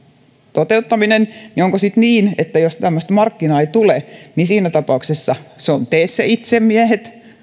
toteuttaminen niin onko sitten niin että jos tämmöistä markkinaa ei tule niin siinä tapauksessa se on tee se itse miehet